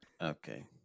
Okay